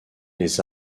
les